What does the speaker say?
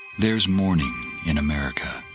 there's morning in america.